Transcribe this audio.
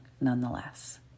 nonetheless